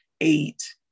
eight